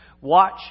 Watch